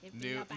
New